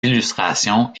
illustrations